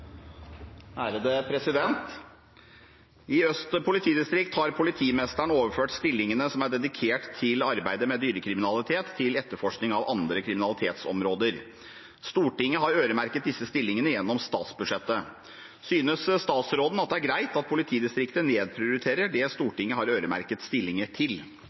etterforskning av andre kriminalitetsområder. Stortinget har øremerket disse stillingene gjennom statsbudsjettet. Synes statsråden at det er greit at politidistriktet nedprioriterer det Stortinget har øremerket stillinger til?»